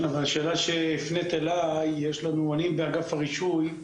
אני באגף הרישוי,